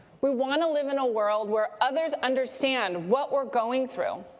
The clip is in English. we want to live in a world where others understand what we're going through.